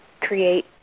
create